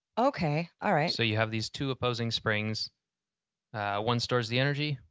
okay. alright. so you have these two opposing springs one stores the energy,